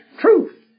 truth